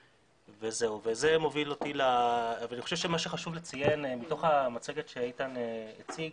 אני חושב שמה שחשוב לציין מתוך המצגת שאיתן הציג,